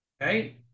right